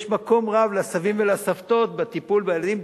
יש מקום רב לסבים ולסבתות בטיפול בילדים,